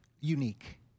unique